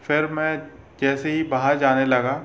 फिर मैं जैसे ही बाहर जाने लगा